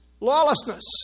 lawlessness